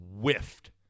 whiffed